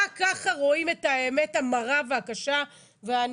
רק ככה רואים את האמת המרה והקשה ואני